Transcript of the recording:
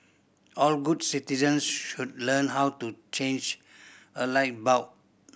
all good citizens should learn how to change a light bulb